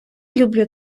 люблю